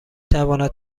تواند